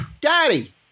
Daddy